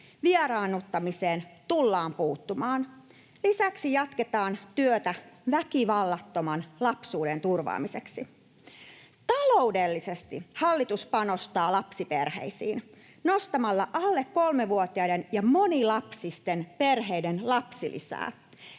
Vieraannuttamiseen tullaan puuttumaan. Lisäksi jatketaan työtä väkivallattoman lapsuuden turvaamiseksi. Taloudellisesti hallitus panostaa lapsiperheisiin nostamalla alle kolmevuotiaiden ja monilapsisten perheiden lapsilisää,